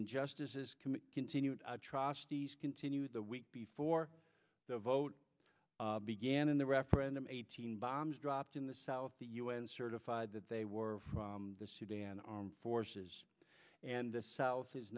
injustices commit continued atrocities continue the week before the vote began in the referendum eighteen bombs dropped in the south the u n certified that they were from the sudan armed forces and the south is